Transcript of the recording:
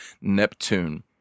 Neptune